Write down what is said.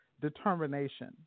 determination